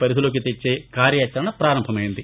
పరిధిలోకి తెచ్చే కార్యాచరణ పారంభమైంది